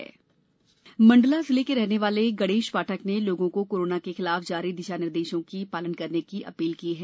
जन आंदोलन मंडला के रहने वाले रमेश पाठक ने लोगों को कोरोना के खिलाफ जारी दिशानिर्देशों का पालन करने की अपील की है